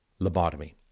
lobotomy